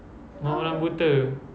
malam-malam buta